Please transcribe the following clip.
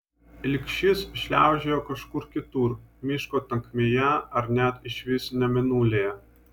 ilgšis šliaužiojo kažkur kitur miško tankmėje ar net išvis ne mėnulyje